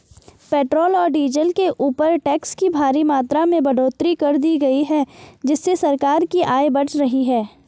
petrol और diesel के ऊपर टैक्स की भारी मात्रा में बढ़ोतरी कर दी गई है जिससे सरकार की आय बढ़ रही है